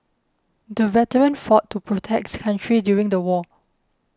the veteran fought to protects country during the war